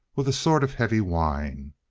with a sort of heavy whine.